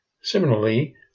Similarly